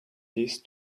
this